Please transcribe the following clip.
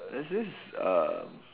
let's just uh